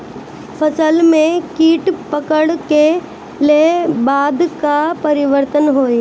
फसल में कीट पकड़ ले के बाद का परिवर्तन होई?